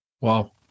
wow